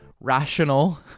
rational